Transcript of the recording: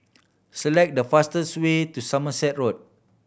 select the fastest way to Somerset Road